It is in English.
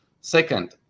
Second